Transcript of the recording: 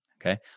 Okay